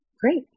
Great